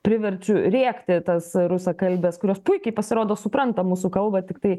priverčiu rėkti tas rusakalbes kurios puikiai pasirodo supranta mūsų kalbą tiktai